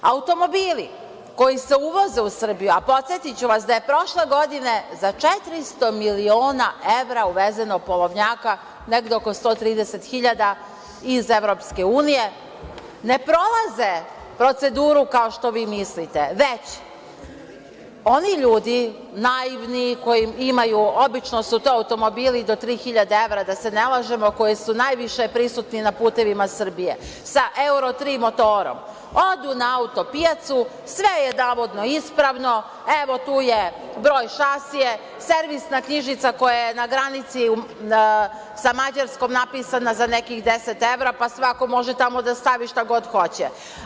Automobili koji se uvoze u Srbiju, a podsetiću vas da je prošle godine za 400 miliona evra uvezeno polovnjaka, negde oko 130.000 iz EU, ne prolaze proceduru kao što vi mislite, već oni ljudi naivni, obično su to automobili do 3.000 evra da se ne lažemo, koji su najviše prisutni na putevima Srbije, sa euro 3 motorom, odu na auto-pijacu, sve je navodno ispravno, evo tu je broj šasije, servisna knjižica koja je na granici sa Mađarskom napisana za nekih 10 evra, pa svako može tamo da stavi tamo šta god hoće.